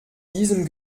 diesem